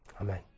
Amen